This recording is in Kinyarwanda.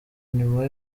nyuma